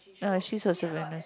ya she is also very nice